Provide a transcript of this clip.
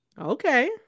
Okay